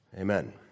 Amen